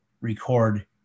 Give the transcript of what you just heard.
record